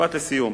משפט לסיום,